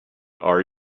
are